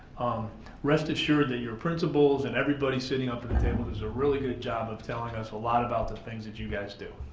um rest assured that your principals and everybody sitting up at the table, does a really good job of telling us a lot about the things that you guys do.